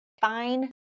fine